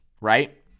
right